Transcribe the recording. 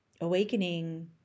Awakening